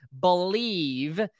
believe